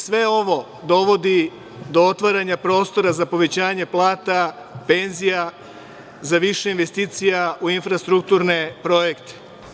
Sve ovo dovodi do otvaranja prostora za povećanje plata, penzija, za više investicija u infrastrukturne projekte.